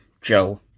joe